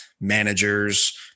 managers